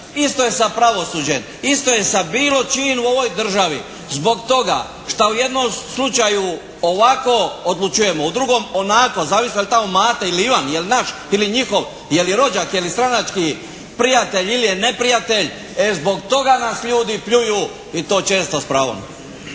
Isto je sa pravosuđem. Isto je sa bilo čim u ovoj državi zbog toga što u jednom slučaju ovako odlučujemo, u drugom onako. Zavisi je li tamo Mate ili Ivan? Je li naš ili njihov? Je li rođak, je li stranački prijatelj ili je neprijatelj e zbog toga nas ljudi pljuju i to često s pravom.